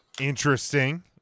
interesting